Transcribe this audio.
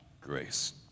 grace